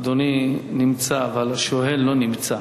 אדוני נמצא, אבל השואל לא נמצא.